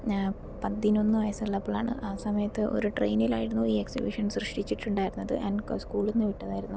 ഞാൻ പതിനൊന്ന് വയസ്സുള്ളപ്പോഴാണ് ആ സമയത്ത് ഒരു ട്രെയിനിലായിരുന്നു ഈ എക്സിബിഷൻ സൃഷ്ടിച്ചിട്ടുണ്ടായിരുന്നത് സ്കൂളിൽനിന്ന് വിട്ടതായിരുന്നു